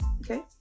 Okay